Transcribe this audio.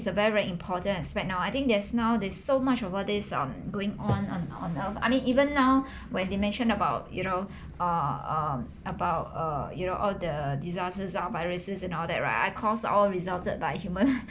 is a very very important aspect now I think there's now there's so much of all this um going on on on earth I mean even now when you mention about you know err err about err you know all the disasters ah viruses and all that right cause all resulted by human